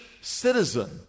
citizen